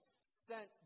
sent